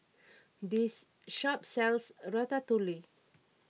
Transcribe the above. this shop sells Ratatouille